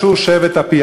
"אשור שבט אפי".